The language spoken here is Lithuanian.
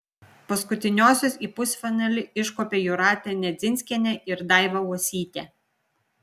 paskutiniosios į pusfinalį iškopė jūratė nedzinskienė ir daiva uosytė